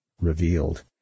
revealed